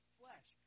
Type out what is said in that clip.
flesh